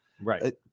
Right